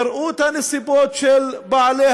יראו את הנסיבות של בעלי-הבית,